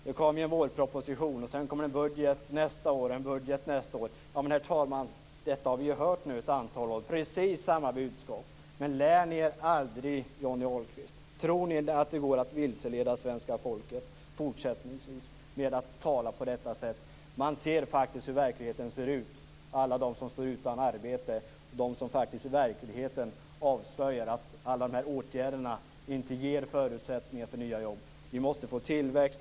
Det kommer en vårproposition, sedan kommer det en budget nästa år och en budget nästa år igen. Detta har vi ju hört ett antal år nu, herr talman. Det är precis samma budskap. Lär ni er aldrig, Johnny Ahlqvist? Tror ni att det går att vilseleda svenska folket fortsättningsvis med att tala på detta sätt? Alla de som står utan arbete ser faktiskt hur verkligheten ser ut. De avslöjar att alla dessa åtgärder inte ger förutsättningar för nya jobb. Vi måste få tillväxt.